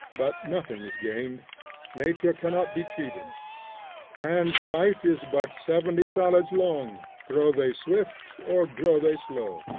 but nothing is gained nature cannot be cheated man's life is but seventy salads long, grow they swift or grow they slow.